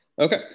Okay